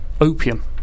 opium